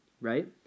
right